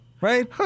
Right